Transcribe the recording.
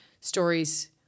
stories